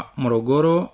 morogoro